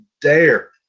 dare